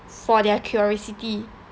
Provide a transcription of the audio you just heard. for their curiosity